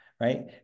right